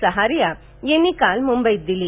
सहारिया यांनी काल मुंबईत दिली